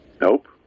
Nope